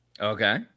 Okay